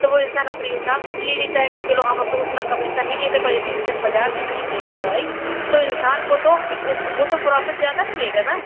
तो वह इन्सान अपने हिसाब से ले लेता है कि चलो हम उतना कमीशन नहीं लेते पर यदि इन्सान बाजार से खरीदेगा दवाई तो इन्सान को तो वह तो प्रॉफ़िट ज़्यादा ही लेगा ना